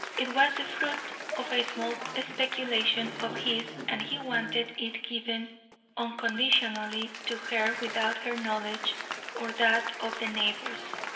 it was the fruit of a small speculation of his and he wanted it given unconditionally to her without her knowledge or that of the neighbours.